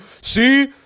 See